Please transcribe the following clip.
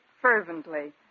Fervently